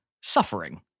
suffering